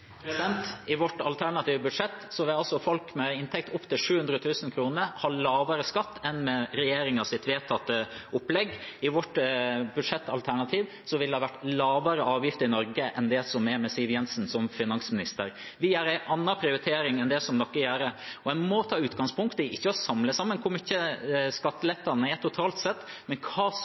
I vårt alternative budsjett vil folk med inntekt opp til 700 000 kr ha lavere skatt enn med regjeringens vedtatte opplegg. Med vårt budsjettalternativ ville det vært lavere avgifter i Norge enn det er med Siv Jensen som finansminister. Vi har en annen prioritering enn det regjeringen har. Det en må ta utgangspunkt i, er ikke å samle sammen hvor mye skattelettene er totalt sett, men hva som